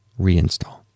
reinstall